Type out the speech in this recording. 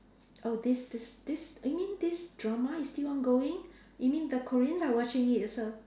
oh this this this you mean this drama is still ongoing you mean the Koreans are watching it also